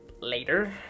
later